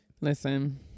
Listen